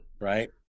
right